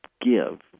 give